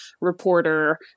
reporter